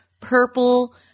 purple